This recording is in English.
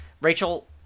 Rachel